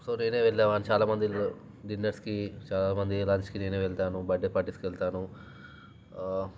so నేనే వెళ్ళేవాడిని చాలామంది డిన్నర్స్కి చాలామంది లంచ్కి నేనే వెళ్తాను బర్త్ డే పార్టీస్కి వెళ్తాను